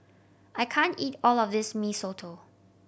I can't eat all of this Mee Soto